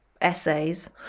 essays